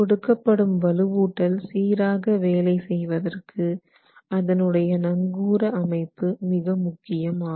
கொடுக்கப்படும் வலுவூட்டல் சீராக வேலை செய்வதற்கு அதனுடைய நங்கூர அமைப்பு மிக முக்கியம் ஆகும்